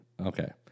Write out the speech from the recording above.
Okay